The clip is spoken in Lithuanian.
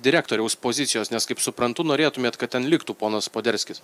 direktoriaus pozicijos nes kaip suprantu norėtumėt kad ten liktų ponas poderskis